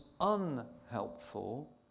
unhelpful